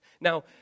Now